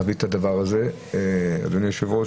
אדוני היושב-ראש,